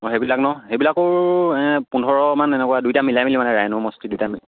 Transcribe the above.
অঁ সেইবিলাক নহ্ সেইবিলাকৰো পোন্ধৰমান এনেকুৱা দুইটা মিলাই মেলি মানে ৰাইন' মষ্টি দুইটা মি